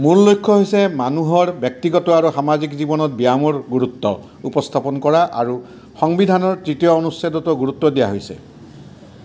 মূল লক্ষ্য হৈছে মানুহৰ ব্যক্তিগত আৰু সামাজিক জীৱনত ব্যায়ামৰ গুৰুত্ব উপস্থাপন কৰা আৰু সংবিধানৰ তৃতীয় অনুচ্ছেদতো গুৰুত্ব দিয়া হৈছে